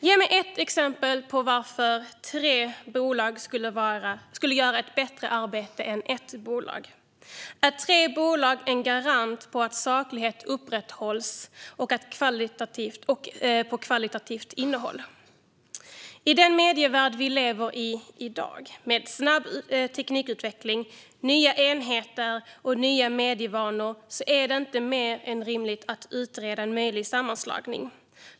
Ge mig ett exempel på varför tre bolag skulle göra ett bättre arbete än ett bolag! Är tre bolag en garant för att saklighet upprätthålls och för ett högkvalitativt innehåll? I den medievärld vi i dag lever i, med snabb teknikutveckling, nya enheter och nya medievanor, är det inte mer än rimligt att utreda en möjlig sammanslagning.